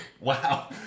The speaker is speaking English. Wow